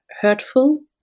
hurtful